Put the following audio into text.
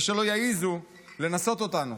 ושלא יעזו לנסות אותנו,